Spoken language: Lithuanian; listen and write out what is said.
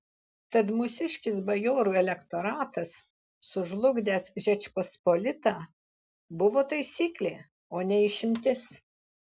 tad mūsiškis bajorų elektoratas sužlugdęs žečpospolitą buvo taisyklė o ne išimtis